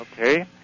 Okay